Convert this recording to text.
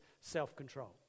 self-control